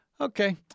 Okay